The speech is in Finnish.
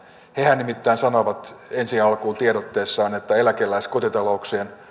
hehän nimittäin sanoivat ensi alkuun tiedotteessaan että eläkeläiskotitalouksien